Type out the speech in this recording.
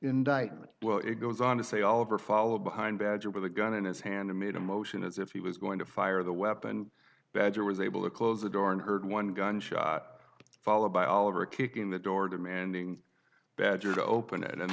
indictment well it goes on to say oliver followed behind badger with a gun in his hand and made a motion as if he was going to fire the weapon badger was able to close the door and heard one gunshot followed by oliver kicking the door demanding badger to open